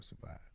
survive